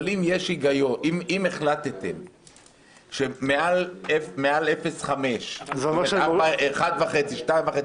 אבל אם החלטתם שמעל 0.5, 1.5 או 2.5 מעגלים